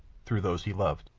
through those he loved.